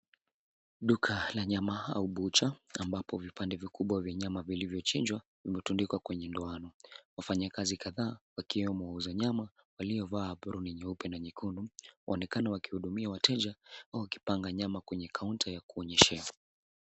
Duka la nyama au bucha, ambapo vipande vikubwa vya nyama vilivyochinjwa, vimetundikwa kwenye ndoano. Wafanyakazi kadhaa wakiwa wanauza nyama, waliovaa aproni nyeupe na nyekundu, waonekana wakihudumia wateja au wakipanga nyama kwenye kaunta ya kuonyeshea.